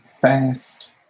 Fast